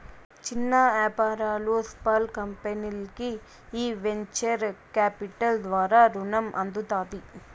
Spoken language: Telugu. చిన్న యాపారాలు, స్పాల్ కంపెనీల్కి ఈ వెంచర్ కాపిటల్ ద్వారా రునం అందుతాది